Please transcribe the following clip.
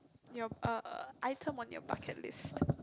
your uh item on your bucket list